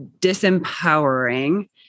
disempowering